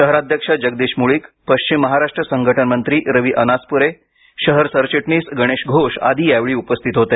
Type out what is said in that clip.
शहराध्यक्ष जगदीश मुळीक पश्चिम महाराष्ट्र संघटन मंत्री रवि अनासपुरे शहर सरचिटणीस गणेश घोष आदी या वेळी उपस्थित होते